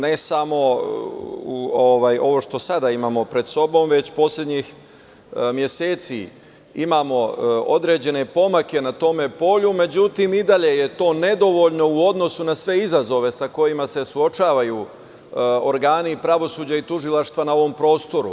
Ne samo ovo što imamo sada pred sobom, već poslednjih meseci imamo određene pomake na tom polju, međutim i dalje je to nedovoljno u odnosu na sve izazove sa kojima se suočavaju organi pravosuđa i tužilaštva na ovom prostoru.